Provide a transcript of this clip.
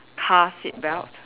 car seat belt